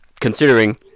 considering